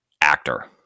actor